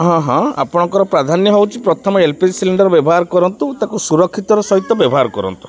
ହଁ ହଁ ଆପଣଙ୍କର ପ୍ରାଧାନ୍ୟ ହେଉଛି ପ୍ରଥମେ ଏଲ୍ପିଜି ସିଲିଣ୍ଡର୍ ବ୍ୟବହାର କରନ୍ତୁ ତା'କୁ ସୁରକ୍ଷିତର ସହିତ ବ୍ୟବହାର କରନ୍ତୁ